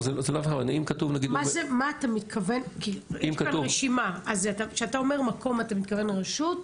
יש כאן רשימה, כשאתה אומר מקום אתה מתכוון רשות?